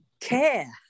care